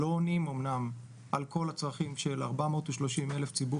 אמנם לא עונים על כל הצרכים של 430 אלף שמהווים את ציבור